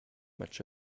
much